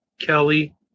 Kelly